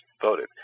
voted